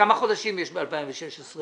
כמה חודשים יש ב-2016?